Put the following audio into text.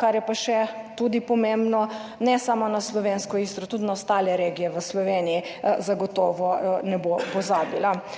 Kar je pa še tudi pomembno, ne samo na slovensko Istro, tudi na ostale regije v Sloveniji zagotovo ne bo pozabila,